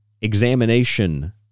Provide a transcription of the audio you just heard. examination